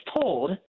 told